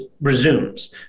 resumes